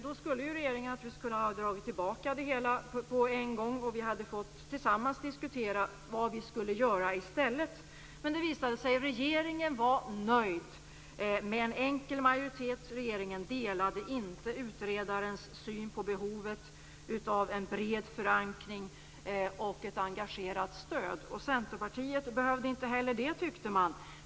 Då skulle regeringen ha kunnat dra tillbaka förslaget på en gång, så att vi tillsammans hade fått diskutera vad vi skulle göra i stället. Men det visade sig att regeringen var nöjd med en enkel majoritet. Regeringen delade inte utredarens syn på behovet av en bred förankring och ett engagerat stöd. Centerpartiet behövde inte heller det.